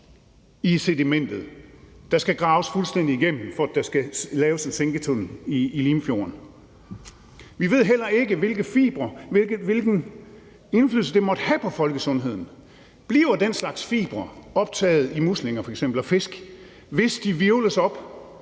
i sedimentet, der skal graves fuldstændig igennem, når der skal laves en sænketunnel i Limfjorden, og vi ved heller ikke, hvilken indflydelse fibrene måtte have på folkesundheden. Bliver den slags fibre f.eks. optaget i muslinger og fisk, hvis de hvirvles op